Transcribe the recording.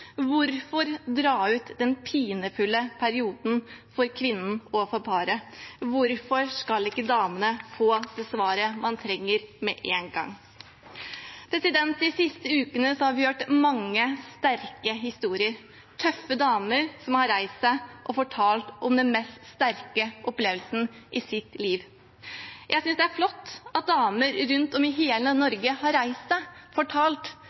Hvorfor dra ut den pinefulle perioden for kvinnen og for paret? Hvorfor skal ikke damene få det svaret man trenger, med en gang? De siste ukene har vi hørt mange sterke historier, tøffe damer som har reist seg og fortalt om den sterkeste opplevelsen i sitt liv. Jeg synes det er flott at damer rundt om i hele Norge har reist seg og fortalt,